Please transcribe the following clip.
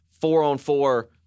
four-on-four